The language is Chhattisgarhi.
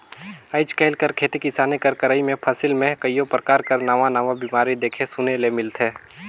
आएज काएल कर खेती किसानी कर करई में फसिल में कइयो परकार कर नावा नावा बेमारी देखे सुने ले मिलथे